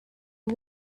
you